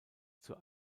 zur